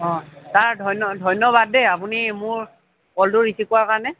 অঁ ছাৰ ধন্য ধন্যবাদ দেই আপুনি মোৰ কলটো ৰিচিভ কৰাৰ কাৰণে